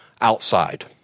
outside